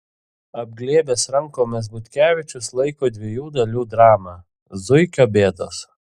apglėbęs rankomis butkevičius laiko dviejų dalių dramą zuikio bėdos